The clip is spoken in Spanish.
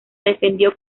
defendió